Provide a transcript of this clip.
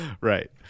right